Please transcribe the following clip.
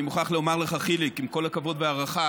אני מוכרח לומר לך, חיליק, עם כל הכבוד וההערכה: